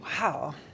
wow